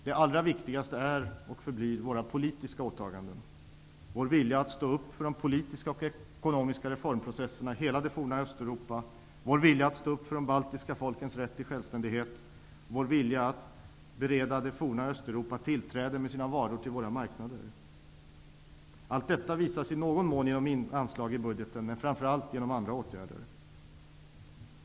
Det allra viktigaste är våra politiska åtaganden, vår vilja att stå upp för de politiska och ekonomiska reformprocesserna i hela det forna Östeuropa, vår vilja att stå upp för de baltiska folkens rätt till självständighet, vår vilja att bereda det forna Östeuropa tillträde med sina varor till våra marknader. Allt detta visas i någon mån genom anslag i budgeten, men framför allt genom andra åtgärder.